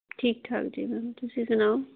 ਠੀਕ ਠਾਕ ਜੀ ਮੈਮ ਤੁਸੀਂ ਸੁਣਾਓ